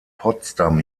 potsdam